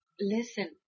Listen